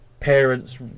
Parents